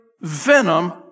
venom